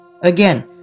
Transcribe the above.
Again